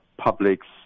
publics